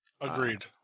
Agreed